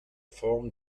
formen